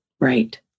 Right